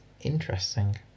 interesting